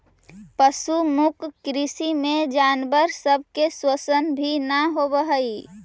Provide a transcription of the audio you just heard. पशु मुक्त कृषि में जानवर सब के शोषण भी न होब हई